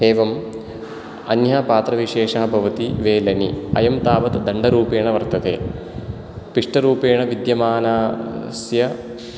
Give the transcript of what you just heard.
एवम् अन्यः पात्रविशेषः भवति वेलनी अयं तावत् दण्डरूपेण वर्तते पिष्टरूपेण विद्यमानास्य